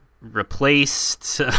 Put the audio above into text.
replaced